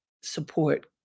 support